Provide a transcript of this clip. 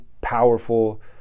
powerful